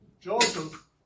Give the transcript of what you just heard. Joseph